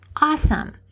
awesome